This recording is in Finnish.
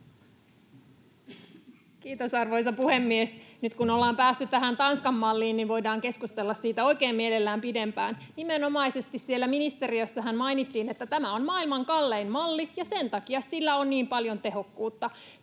Kiitos, arvoisa puhemies! Nyt kun ollaan päästy tähän Tanskan-malliin, niin voidaan keskustella siitä oikein mielellään pidempään. Nimenomaisesti siellä ministeriössähän mainittiin, että tämä on maailman kallein malli ja sen takia sillä on niin paljon tehokkuutta.